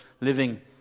living